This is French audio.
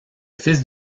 fils